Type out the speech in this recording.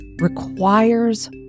requires